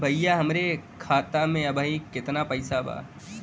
भईया हमरे खाता में अबहीं केतना पैसा बा?